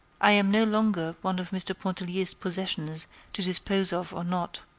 i am no longer one of mr. pontellier's possessions to dispose of or not.